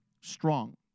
strong